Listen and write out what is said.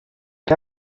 què